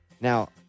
Now